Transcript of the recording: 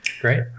Great